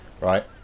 right